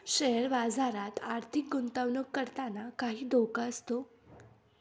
share बाजारात आर्थिक गुंतवणूक करताना काही धोका असतो